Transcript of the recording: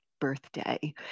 birthday